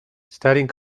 studying